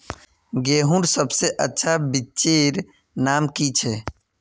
गेहूँर सबसे अच्छा बिच्चीर नाम की छे?